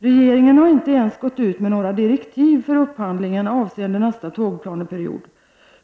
Regeringen har inte ens gått ut med några direktiv för upphandlingen avseende nästa tågplaneperiod.